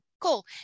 Cool